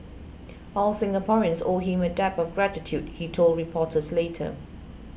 all Singaporeans owe him a debt of gratitude he told reporters later